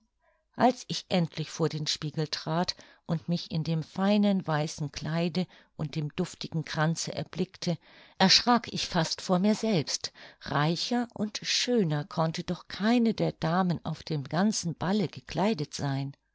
als ich endlich vor den spiegel trat und mich in dem feinen weißen kleide und dem duftigen kranze erblickte erschrak ich fast vor mir selbst reicher und schöner konnte doch keine der damen auf dem ganzen balle gekleidet sein